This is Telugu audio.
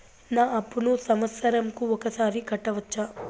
నా అప్పును సంవత్సరంకు ఒకసారి కట్టవచ్చా?